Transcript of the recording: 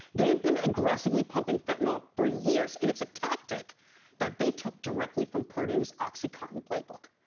they've been aggressively pumping fentanyl for years, and it's a tactic that they took directly from purdue's oxycontin playbook.